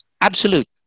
Absolute